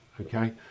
okay